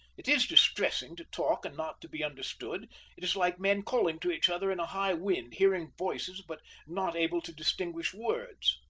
it is distressing to talk and not to be understood it is like men calling to each other in a high wind, hearing voices but not able to distinguish words.